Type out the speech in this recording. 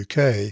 UK